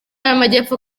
y’amajyepfo